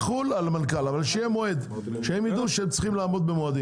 שהם יידעו שצריך לעמוד במועדים.